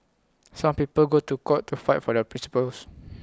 some people go to court to fight for their principles